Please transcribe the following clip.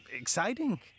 Exciting